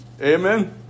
Amen